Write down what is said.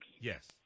Yes